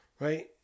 right